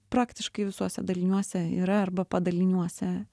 praktiškai visuose daliniuose yra arba padaliniuose